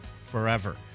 forever